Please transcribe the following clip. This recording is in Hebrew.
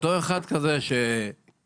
אותו אחד כזה שנפצע,